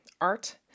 art